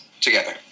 Together